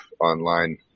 online